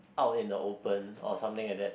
out in the open or something like that